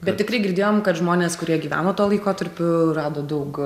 bet tikrai girdėjom kad žmonės kurie gyveno tuo laikotarpiu rado daug